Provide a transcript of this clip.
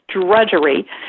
drudgery